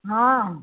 हँ